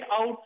out